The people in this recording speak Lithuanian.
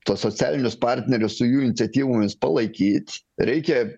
tuos socialinius partnerius su jų iniciatyvomis palaikyt reikia